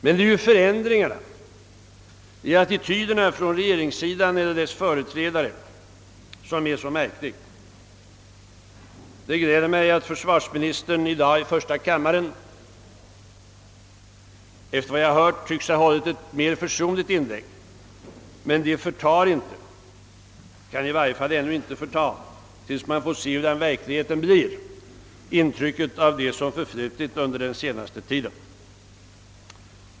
Men det är förändringarna i attityderna från regeringssidan eller dess företrädare som är så märkliga. Det gläder mig att försvarsministern i dag i första kammaren har, efter vad jag hört, hållit ett mera försonligt inlägg, men det förtar inte — kan i varje fall inte göra det förrän man får se hurudan verkligheten blir — intrycket av vad som hänt under den senaste tiden.